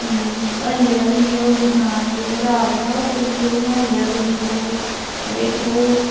हल्ले बी निं ओह् नशान जेह्ड़े दाग हा ओह बिल्कुल बी इ'यां हिल्लेआ बी नेईं थोह्ड़ा बी अते ओह्